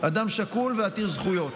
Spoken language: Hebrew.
אדם שקול ועתיר זכויות.